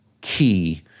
key